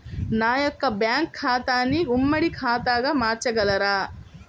నా యొక్క బ్యాంకు ఖాతాని ఉమ్మడి ఖాతాగా మార్చగలరా?